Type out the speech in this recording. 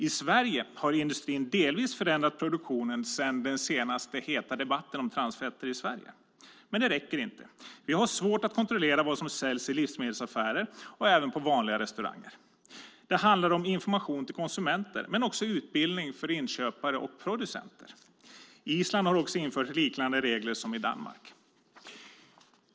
I Sverige har industrin delvis förändrat produktionen sedan den senaste heta debatten om transfetter i Sverige. Men det räcker inte. Vi har svårt att kontrollera vad som säljs i livsmedelsaffärer och även på vanliga restauranger. Det handlar om information till konsumenter men också utbildning för inköpare och producenter. Island har också infört liknande regler som i Danmark.